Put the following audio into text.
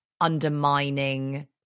undermining